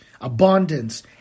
abundance